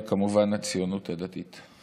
וכמובן הציונות הדתית.